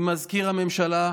עם מזכיר הממשלה,